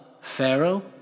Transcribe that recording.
Pharaoh